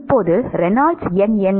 இப்போது ரெனால்ட்ஸ் எண் என்ன